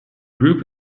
group